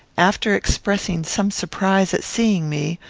after expressing some surprise at seeing me,